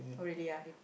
oh really ah